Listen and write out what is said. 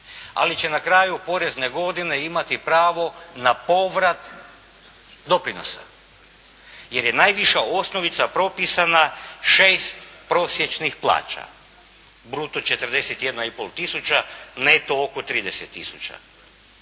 ali će na kraju porezne godine imati pravo na povrat doprinosa, jer je najviša osnovica propisana 6 prosječnih plaća. Bruto 41,5 tisuća, neto oko 30 tisuća.